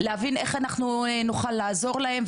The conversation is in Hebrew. להבין איך אנחנו נוכל לעזור להם,